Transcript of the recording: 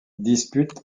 dispute